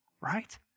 right